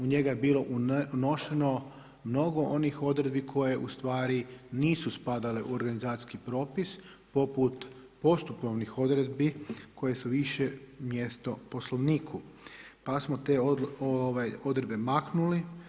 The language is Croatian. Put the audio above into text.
U njega je bilo unošeno mnogo onih odredbi koje ustvari nisu spadale u organizacijski propis poput postupovnih odredbi koje su više mjesto Poslovniku, pa smo te odredbe maknuli.